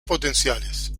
potenciales